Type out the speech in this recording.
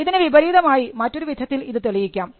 ഇതിന് വിപരീതമായി മറ്റൊരു വിധത്തിൽ ഇത് തെളിയിക്കാം